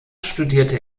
studierte